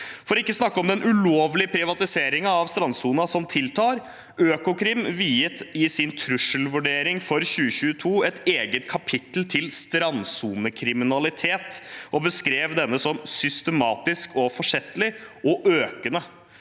for ikke å snakke om den ulovlige privatiseringen av strandsonen, som tiltar. Økokrim viet i sin trusselvurdering for 2022 et eget kapittel til strandsonekriminalitet og beskrev denne som systematisk, forsettlig og økende.